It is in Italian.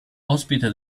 ospite